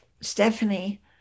Stephanie